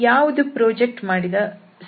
ಯಾವುದು ಪ್ರೊಜೆಕ್ಟ್ ಮಾಡಿದ ಸಮತಲ